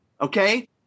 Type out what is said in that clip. Okay